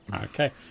Okay